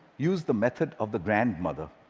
use the method of the grandmother.